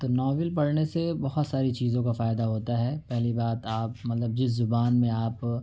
تو ناول پڑھنے سے بہت ساری چیزوں کا فائدہ ہوتا ہے پہلی بات آپ مطلب جس زبان میں آپ